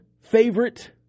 favorite